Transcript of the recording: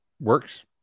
works